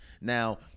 Now